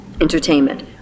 entertainment